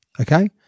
Okay